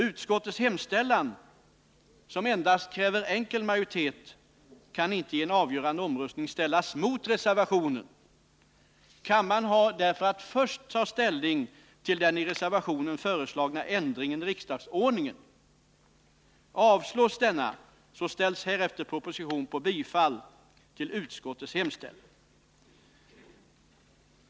Utskottets hemställan, som endast kräver enkel majoritet, kan inte i en avgörande omröstning ställas mot reservationen. Kammaren har därför först att ta ställning till den i reservationen föreslagna ändringen i riksdagsordningen. Avslås denna ställs härefter proposition på bifall till utskottets hemställan.